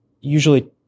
usually